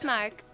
Mark